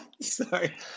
Sorry